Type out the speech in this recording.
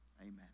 Amen